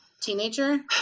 teenager